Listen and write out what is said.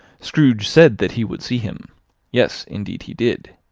scrooge said that he would see him yes, indeed he did.